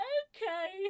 okay